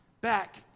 back